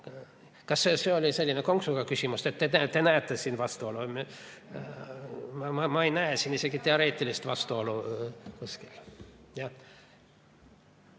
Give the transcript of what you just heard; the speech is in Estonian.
Kas see oli selline konksuga küsimus ja te näete siin vastuolu? Ma ei näe siin isegi teoreetilist vastuolu kuskil.